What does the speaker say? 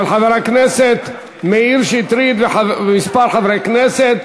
של חבר הכנסת מאיר שטרית ומספר חברי כנסת,